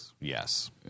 Yes